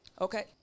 okay